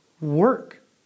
work